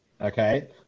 Okay